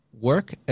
Work